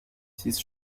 six